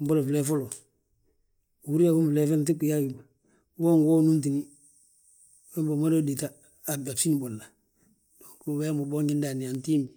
mbolo flee folo, uhúri yaa, flee nŧiɓi yo a hí ma, wo ngi wo unúmtini, wembe umada wi déta, a bsín bolla, dong wee ma wi boonji ndaani, antimbi.